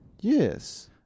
yes